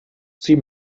sie